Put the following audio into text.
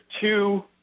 two